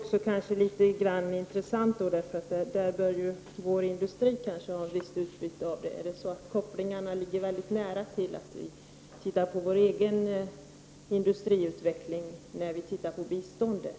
Det borde i så fall vår industri få ett visst utbyte av. Tar vi också hänsyn till vår egen industriutveckling när vi ser på biståndet?